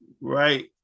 right